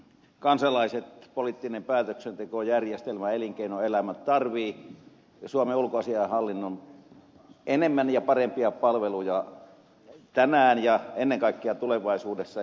kansalaiset poliittinen päätöksentekojärjestelmä elinkeinoelämä tarvitsevat enemmän ja parempia suomen ulkoasiainhallinnon palveluja tänään ja ennen kaikkea tulevaisuudessa